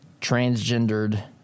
transgendered